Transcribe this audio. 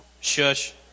Shush